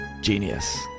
Genius